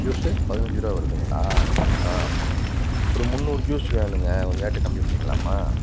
juice பதினைச்சி ருபா வருதுங்களா ஆ ஒரு முந்நூறு ஜூஸ் வேணுங்க கொஞ்சம் ரேட்டு கம்மி பண்ணிக்கலாமா